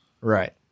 Right